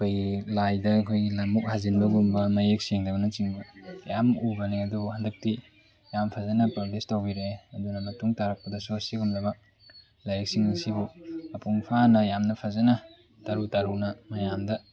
ꯑꯩꯈꯣꯏꯒꯤ ꯂꯥꯏꯗ ꯑꯩꯈꯣꯏꯒꯤ ꯃꯨꯛ ꯍꯥꯖꯤꯟꯕꯒꯨꯝꯕ ꯃꯌꯦꯛ ꯁꯦꯡꯗꯕꯅꯆꯤꯡꯕ ꯌꯥꯝ ꯎꯕꯅꯦ ꯑꯗꯣ ꯍꯟꯗꯛꯇꯤ ꯌꯥꯝ ꯐꯖꯅ ꯄꯕ꯭ꯂꯤꯁ ꯇꯧꯕꯤꯔꯛꯑꯦ ꯑꯗꯨꯒ ꯃꯇꯨꯡ ꯇꯥꯔꯛꯄꯗꯁꯨ ꯑꯁꯤꯒꯨꯝꯂꯕ ꯂꯥꯏꯔꯤꯛꯁꯤꯡ ꯑꯁꯤꯕꯨ ꯃꯄꯨꯡ ꯐꯥꯅ ꯌꯥꯝꯅ ꯐꯖꯅ ꯇꯔꯨ ꯇꯔꯨꯅ ꯃꯌꯥꯝꯗ